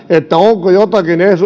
onko jotakin